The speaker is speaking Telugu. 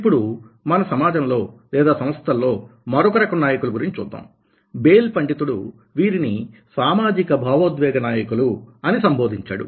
ఇప్పుడు మన సమాజంలో లేదా సంస్థల్లో మరొక రకం నాయకుల గురించి చూద్దాం బేల్ పండితుడు వీరిని సామాజిక భావోద్వేగ నాయకులు అని సంబోధించాడు